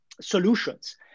solutions